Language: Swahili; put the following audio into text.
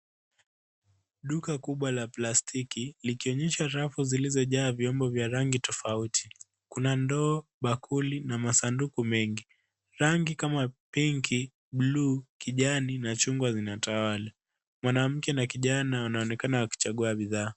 Duka kubwa la plastiki likionyesha rafu zilizojaa vyombo vya rangi tofauti. Kuna ndoo, bakuli na masanduku, rangi kama pinki bluu kijani na chungwa zinatawala. Mwanamke na kijana wanaonekana wakichagua bidhaa.